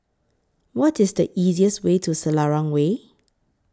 What IS The easiest Way to Selarang Way